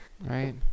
Right